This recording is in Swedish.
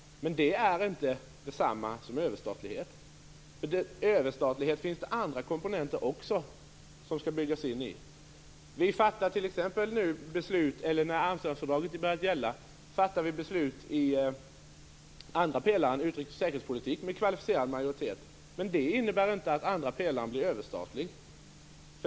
Det är dock inte detsamma som överstatlighet. I överstatlighet skall även andra komponenter byggas in. När Amsterdamfördraget har börjat gälla fattar vi t.ex. beslut i andra pelaren, utrikes och säkerhetspolitik, med kvalificerad majoritet, men det innebär inte att andra pelaren blir överstatlig.